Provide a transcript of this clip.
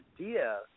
idea